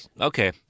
Okay